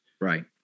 Right